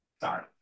Sorry